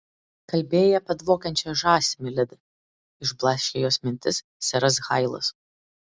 kalbėjai apie dvokiančią žąsį miledi išblaškė jos mintis seras hailas